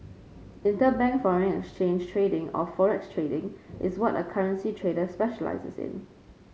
interbank foreign exchange trading or fore x trading is what a currency trader specialises in